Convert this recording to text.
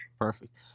Perfect